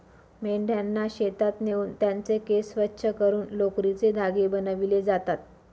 मेंढ्यांना शेतात नेऊन त्यांचे केस स्वच्छ करून लोकरीचे धागे बनविले जातात